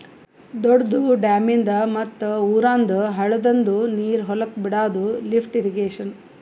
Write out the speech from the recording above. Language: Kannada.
ದೊಡ್ದು ಡ್ಯಾಮಿಂದ್ ಮತ್ತ್ ಊರಂದ್ ಹಳ್ಳದಂದು ನೀರ್ ಹೊಲಕ್ ಬಿಡಾದು ಲಿಫ್ಟ್ ಇರ್ರೀಗೇಷನ್